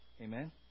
Amen